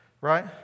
right